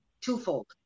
twofold